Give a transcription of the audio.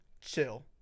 chill